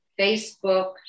Facebook